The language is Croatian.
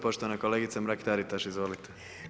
Poštovana kolegica Mrak Taritaš, izvolite.